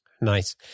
Nice